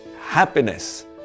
Happiness